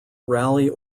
rally